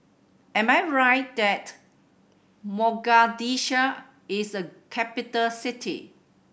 am I right that Mogadishu is a capital city